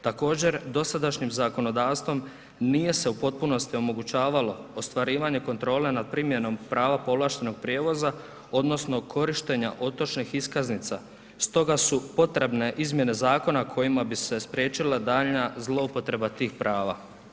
Također, dosadašnjim zakonodavstvom nije se u potpunosti omogućavalo ostvarivanje kontrole nad primjenom prava povlaštenog prijevoza odnosno korištenja otočnih iskaznica stoga su potrebne izmjene zakona kojima bi se spriječila daljnja zloupotreba tih prava.